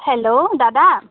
hello দাদা